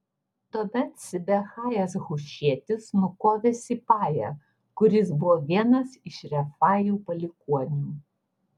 tuomet sibechajas hušietis nukovė sipają kuris buvo vienas iš refajų palikuonių